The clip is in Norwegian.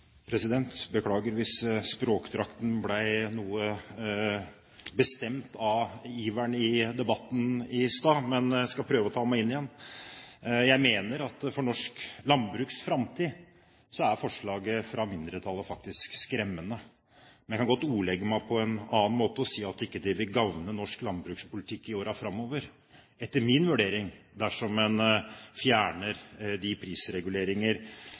Beklager hvis språkdrakten ble noe bestemt av iveren i debatten i stad. Jeg skal prøve å ta meg inn igjen. Jeg mener at for norsk landbruks framtid er forslaget fra mindretallet faktisk skremmende. Jeg kan godt ordlegge meg på en annen måte og si at etter min vurdering vil det ikke gagne norsk landbrukspolitikk i årene framover dersom en fjerner de prisreguleringer